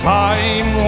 time